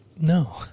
No